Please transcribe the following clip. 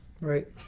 Right